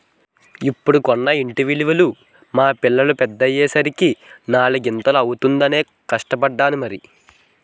ఇప్పుడు కొన్న ఇంటి విలువ మా పిల్లలు పెద్దయ్యే సరికి నాలిగింతలు అవుతుందనే కష్టపడ్డాను మరి